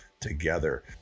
together